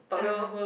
ah